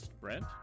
Brent